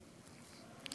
סליחה, אדוני.